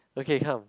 okay come